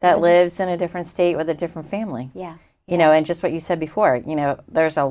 that lives in a different state with a different family yeah you know and just what you said before you know there's a